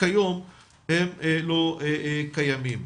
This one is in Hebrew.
כיום הם לא קיימים.